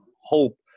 hope